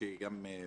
היושב-ראש,